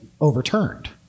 overturned